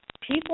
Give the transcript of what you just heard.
people